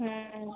ହଁ